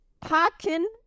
parking